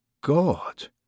God